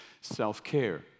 self-care